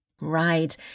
Right